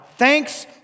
Thanks